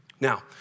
Now